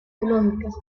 biológicas